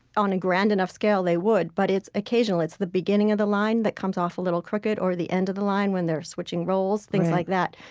on a grand enough scale, they would. but it's occasional it's the beginning of the line that comes off a little crooked, at the end of the line when they are switching rolls, things like that.